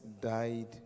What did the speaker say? died